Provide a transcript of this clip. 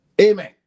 amen